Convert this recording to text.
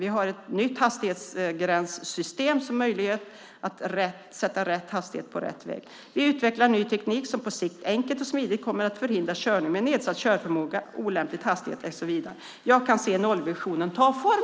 Vi har ett nytt hastighetsgränssystem som möjliggör att sätta rätt hastighet på rätt väg. Vi utvecklar ny teknik som på sikt enkelt och smidigt kommer att förhindra körning med nedsatt körförmåga, olämplig hastighet etcetera. Jag kan se nollvisionen ta form.